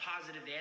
positive